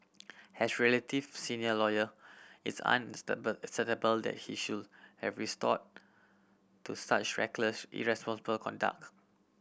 as relative senior lawyer it's that he should have resorted to such reckless irresponsible conduct